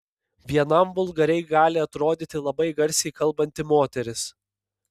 vienam vulgariai gali atrodyti labai garsiai kalbanti moteris